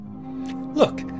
Look